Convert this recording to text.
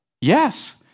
yes